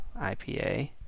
IPA